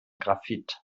graphit